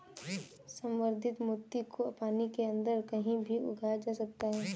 संवर्धित मोती को पानी के अंदर कहीं भी उगाया जा सकता है